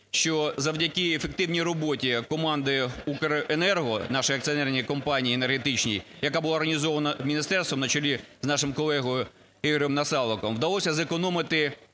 що завдяки ефективній роботі команди "Укренерго" нашій акціонерній компанії енергетичній, яка була організована міністерством на чолі з нашим колегою Ігорем Насаликом, вдалося зекономити